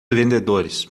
vendedores